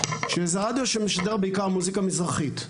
שזה רדיו שמשדר בעיקר מוסיקה מזרחית,